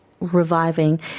reviving